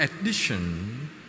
addition